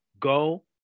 go